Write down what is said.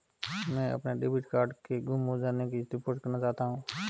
मैं अपने debit card के गुम हो जाने की रिपोर्ट करना चाहता हूँ